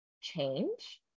change